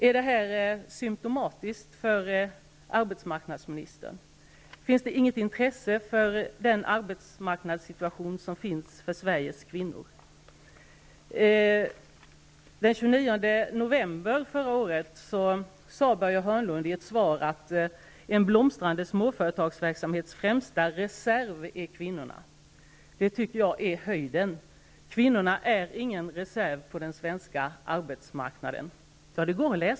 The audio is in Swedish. Är det symtomatiskt för arbetsmarknadsministern? Den 29 november förra året sade Börje Hörnlund i ett svar här i kammaren: ''En blomstrande småföretagsamhets främsta reserv är kvinnorna.'' Det går att läsa i protokollet, jag lovar. Jag tycker att det är höjden. Kvinnorna är ingen reserv för den svenska arbetsmarknaden.